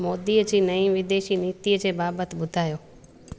मोदीअ जी नईं विदेशी नीतिअ जे बाबति ॿुधायो